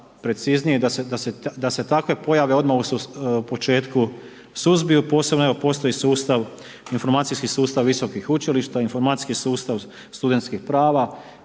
preciznije i da se takve pojave odmah u početku suzbiju. Posebno, evo postoji sustav informacijski sustav visokih učilišta, informacijski sustav studentskih prava,